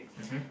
mmhmm